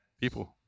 People